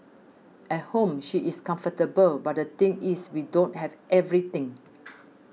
at home she is comfortable but the thing is we don't have everything